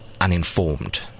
uninformed